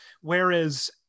Whereas